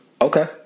Okay